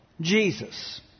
Jesus